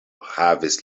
havis